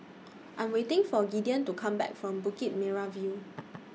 I Am waiting For Gideon to Come Back from Bukit Merah View